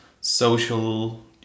social